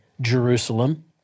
Jerusalem